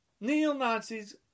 Neo-Nazis